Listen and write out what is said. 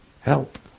Help